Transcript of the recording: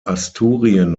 asturien